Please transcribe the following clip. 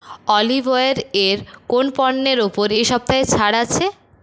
ওলিভওয়েলের এর কোন পণ্যের ওপর এই সপ্তাহে ছাড় আছে